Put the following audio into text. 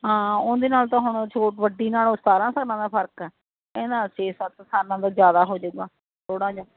ਹਾਂ ਉਨਦੇ ਨਾਲ ਤਾਂ ਹੁਣ ਉਹ ਵੱਡੀ ਨਾਲੋਂ ਸਤਾਰਾਂ ਸਾਲਾਂ ਦਾ ਫਰਕ ਐ ਇਹਦਾ ਛੇ ਸੱਤ ਸਾਲਾਂ ਤੋਂ ਜਿਆਦਾ ਹੋਜੇਗਾ ਥੋੜਾ ਜਿਹਾ